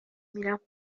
میرم